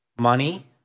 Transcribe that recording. Money